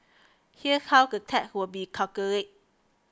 here's how the tax will be calculated